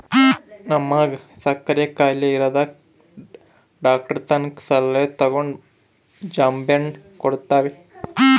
ನಮ್ವಗ ಸಕ್ಕರೆ ಖಾಯಿಲೆ ಇರದಕ ಡಾಕ್ಟರತಕ ಸಲಹೆ ತಗಂಡು ಜಾಂಬೆಣ್ಣು ಕೊಡ್ತವಿ